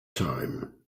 time